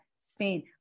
seen